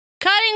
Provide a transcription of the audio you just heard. Cutting